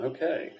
Okay